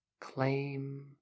Claim